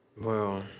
well,